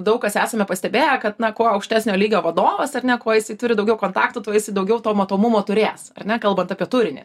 daug kas esame pastebėję kad na kuo aukštesnio lygio vadovas ar ne kuo jisai turi daugiau kontaktų tuo esi daugiau to matomumo turėjęs ar ne kalbant apie turinį